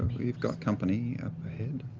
we've got company up ahead.